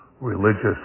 religious